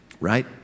right